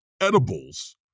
edibles